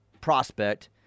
prospect